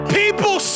people